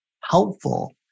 helpful